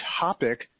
topic